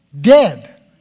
dead